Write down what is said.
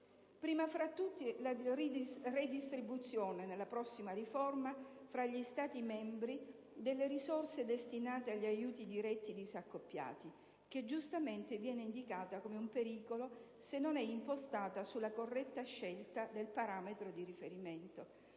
primo fra tutti, la redistribuzione fra gli Stati membri, nella prossima riforma, delle risorse destinate agli aiuti diretti disaccoppiati, che giustamente viene indicata come un pericolo, se non è impostata sulla corretta scelta del parametro di riferimento.